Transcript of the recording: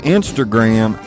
Instagram